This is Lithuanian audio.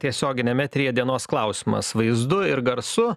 tiesioginiam eteryje dienos klausimas vaizdu ir garsu